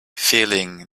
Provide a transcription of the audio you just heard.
feeling